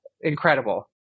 incredible